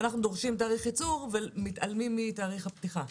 ואנחנו דורשים תאריך ייצור ומתעלמים מתאריך הפתיחה.